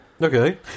Okay